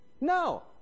No